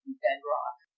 bedrock